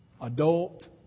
adult